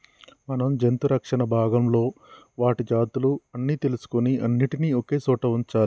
మనం జంతు రక్షణ భాగంలో వాటి జాతులు అన్ని తెలుసుకొని అన్నిటినీ ఒకే సోట వుంచాలి